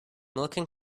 looking